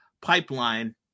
pipeline